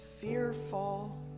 fearful